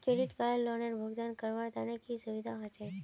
Credit card लोनेर भुगतान करवार तने की की सुविधा होचे??